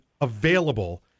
available